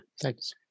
Thanks